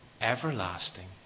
everlasting